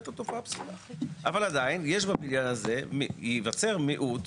עדיין בבניין הזה ייווצר מיעוט.